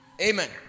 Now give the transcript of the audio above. Amen